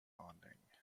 bonding